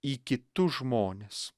į kitus žmones